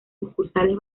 sucursales